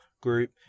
group